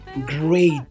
great